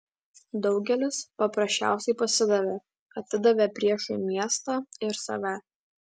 daugelis paprasčiausiai pasidavė atidavė priešui miestą ir save